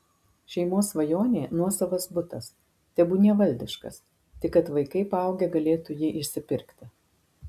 šeimos svajonė nuosavas butas tebūnie valdiškas tik kad vaikai paaugę galėtų jį išsipirkti